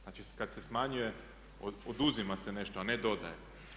Znači kad se smanjuje oduzima se nešto a ne dodaje.